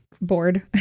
bored